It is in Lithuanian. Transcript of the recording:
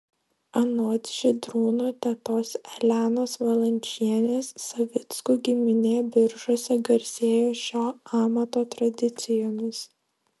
anot žydrūno tetos elenos valančienės savickų giminė biržuose garsėjo šio amato tradicijomis